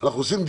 אנחנו עושים,